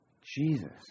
Jesus